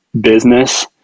business